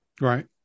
Right